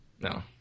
No